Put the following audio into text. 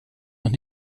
noch